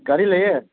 ꯒꯥꯔꯤ ꯂꯩꯌꯦ